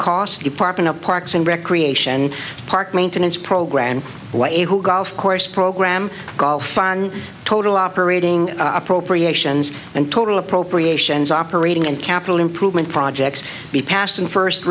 cost department of parks and recreation park maintenance program golf course program golf on total operating appropriations and total appropriations operating and capital improvement projects be passed on first